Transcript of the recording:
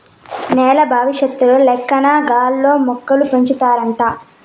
నేల బవిసత్తుల లేకన్నా గాల్లో మొక్కలు పెంచవచ్చంట